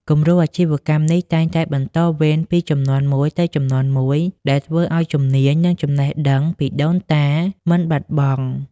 គំរូអាជីវកម្មនេះតែងតែ បន្តវេនពីជំនាន់មួយទៅជំនាន់មួយ ដែលធ្វើឱ្យជំនាញ និងចំណេះដឹងពីដូនតាមិនបាត់បង់។